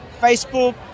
Facebook